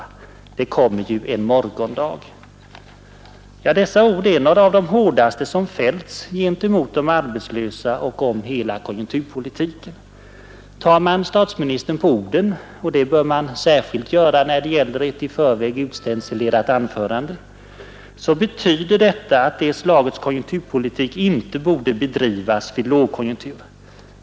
Ty det kommer ju en morgondag.” Dessa ord är några av de hårdaste som fällts mot de arbetslösa och om hela konjunkturpolitiken. Tar man statsministern på orden — och det bör man särskilt göra när det gäller ett i förväg stencilerat anförande — så betyder det att det slaget av konjunkturpolitik inte borde bedrivas vid lågkonjunktur.